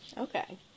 Okay